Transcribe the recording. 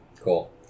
Cool